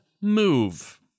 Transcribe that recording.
Move